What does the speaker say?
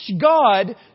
God